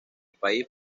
país